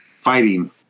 fighting